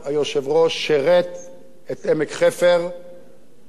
שירת את עמק-חפר והיה לדוגמה.